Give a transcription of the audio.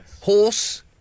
Horse